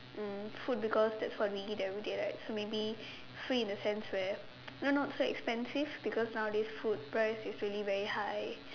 mm food because that's what we eat everyday right so maybe free in a sense where you know not so expensive because nowadays food price is really very high